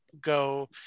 go